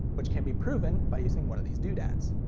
which can be proven by using one of these do-dads.